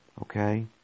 okay